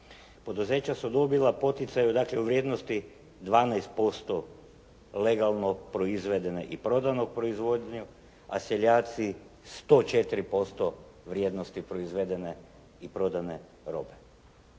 Poduzeća su dobila poticaja dakle vrijednosti 12% legalno proizvedene i prodanu proizvodnju, a seljaci 104% vrijednosti proizvedene i prodane robe.